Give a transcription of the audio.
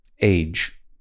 age